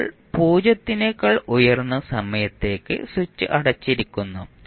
ഇപ്പോൾ 0 നേക്കാൾ ഉയർന്ന സമയത്തേക്ക് സ്വിച്ച് അടച്ചിരിക്കുന്നു